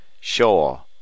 Sure